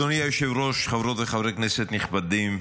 אדוני היושב-ראש, חברות וחברי כנסת נכבדים,